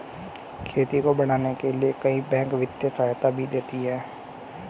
खेती को बढ़ाने के लिए कई बैंक वित्तीय सहायता भी देती है